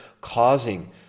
causing